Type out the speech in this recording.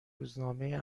روزنامه